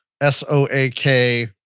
S-O-A-K